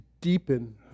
deepen